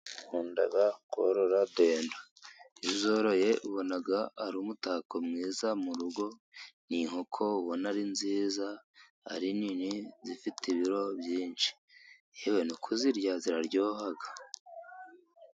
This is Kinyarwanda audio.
Dukunda korora dendo iyo uzoroye ubona ari umutako mwiza mu rugo. Ni inkoko ubona ari nziza, ari nini zifite ibiro byinshi , yewe no kuzirya ziraryoha.